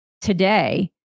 today